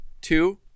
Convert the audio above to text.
two